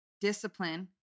Discipline